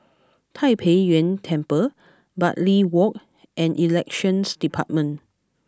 Tai Pei Yuen Temple Bartley Walk and Elections Department